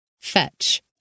Fetch